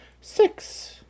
Six